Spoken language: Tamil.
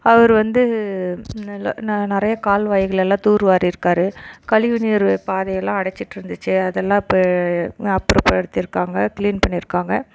அவர் வந்து நல்ல நிறைய கால்வாய்களயெல்லாம் தூர்வாரி இருக்கார் கழிவு நீர் பாதையெல்லாம் அடச்சு இருந்துச்சு அதை எல்லாம் இப்போ அப்புற படுத்தி இருக்காங்க கிளீன் பண்ணி இருக்காங்க